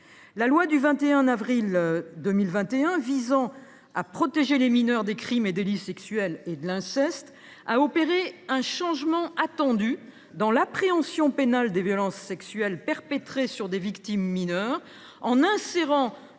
La loi du 21 avril 2021 visant à protéger les mineurs des crimes et délits sexuels et de l’inceste a opéré un changement attendu dans l’appréhension pénale des violences sexuelles perpétrées sur des victimes mineures en insérant